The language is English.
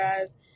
guys